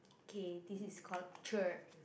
okay this is called cher